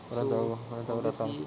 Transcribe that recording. kau sudah tahu kau sudah tak payah datang